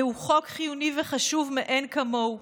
זהו חוק חיוני וחשוב מאין כמוהו.